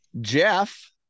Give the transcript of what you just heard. Jeff